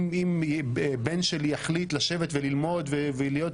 אם בן שלי יחליט לשבת וללמוד ולהיות